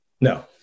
No